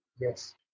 Yes